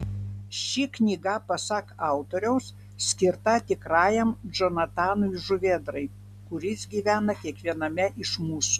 ši knyga pasak autoriaus skirta tikrajam džonatanui žuvėdrai kuris gyvena kiekviename iš mūsų